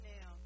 now